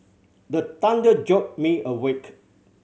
the thunder jolt me awake